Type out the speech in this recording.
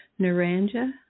Naranja